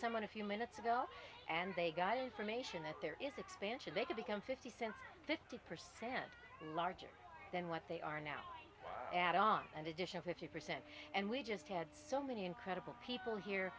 someone a few minutes ago and they got information that there is expansion they could become fifty cent fifty percent larger than what they are now at on an additional fifty percent and we just had so many incredible people here